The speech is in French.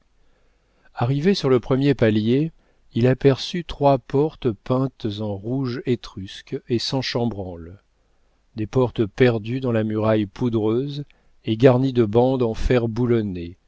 arrivé sur le premier palier il aperçut trois portes peintes en rouge étrusque et sans chambranles des portes perdues dans la muraille poudreuse et garnies de bandes en fer boulonnées